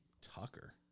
Tucker